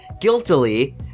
Guiltily